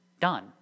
done